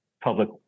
public